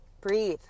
breathe